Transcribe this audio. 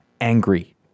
angry